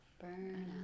burn